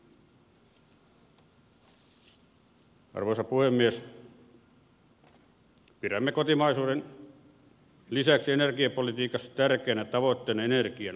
pidämme kotimaisuuden lisäksi energiapolitiikassa tärkeänä tavoitteena energian kohtuullista hintaa